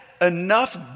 enough